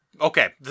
Okay